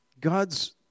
God's